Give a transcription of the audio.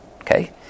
Okay